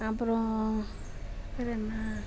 அப்புறம் அப்புறம் என்ன